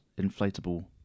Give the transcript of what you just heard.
inflatable